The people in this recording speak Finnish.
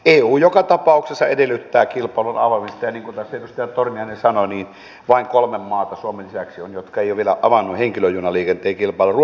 eu joka tapauksessa edellyttää kilpailun avaamista ja niin kuin tässä edustaja torniainen sanoi on vain kolme maata suomen lisäksi jotka eivät ole vielä avanneet henkilöliikenteen kilpailua